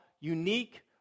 unique